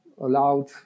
allowed